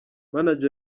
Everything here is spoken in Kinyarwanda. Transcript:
manager